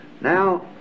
Now